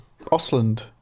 Osland